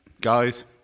guys